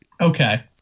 Okay